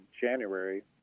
January